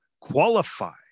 qualify